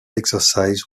exercise